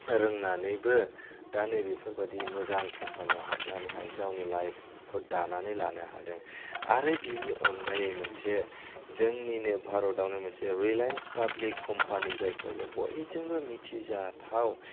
रोंनानैबो दा नैबेफोरबादि मोजां कम्पानीयाव हाबनानैहाय गावनि लाइफखौ दानानै लानो हादों आरो बेनि अनगायै मोनसे जोंनिनो भारतआवनो मोनसे रिलायेन्स पाब्लिक कम्पानी जायखौहाय जों बयजोंबो मिथिजाथाव